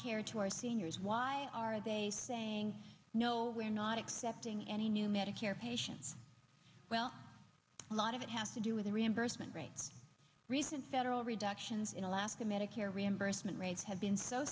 our seniors why are they saying no we're not accepting any new medicare patients well a lot of it has to do with the reimbursement rate recent federal reductions in alaska medicare reimbursement rates have been so